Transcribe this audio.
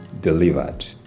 delivered